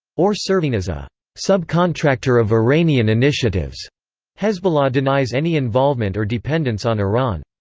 or serving as a subcontractor of iranian initiatives hezbollah denies any involvement or dependence on iran.